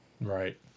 right